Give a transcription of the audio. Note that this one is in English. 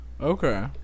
Okay